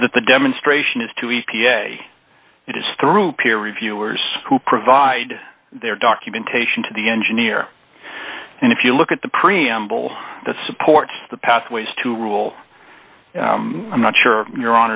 is that the demonstration is to e t a it is through peer reviewers who provide their documentation to the engineer and if you look at the preamble that supports the pathways to rule i'm not sure you